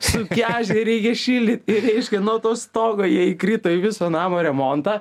sukežę reikia šildyt ir reiškia nuo to stogo jie įkrito į viso namo remontą